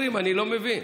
אתה רוצה